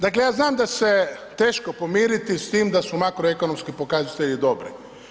Dakle ja znam da se teško pomiriti s tim da su makroekonomski pokazatelji dobri.